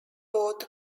both